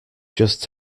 just